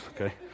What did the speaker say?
okay